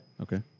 okay